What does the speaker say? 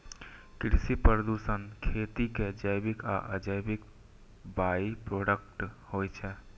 कृषि प्रदूषण खेती के जैविक आ अजैविक बाइप्रोडक्ट होइ छै